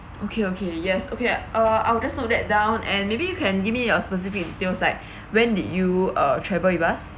okay okay yes okay uh I'll just note that down and maybe you can give me a specific details like when did you uh travel with us